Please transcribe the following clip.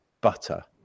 butter